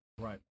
Right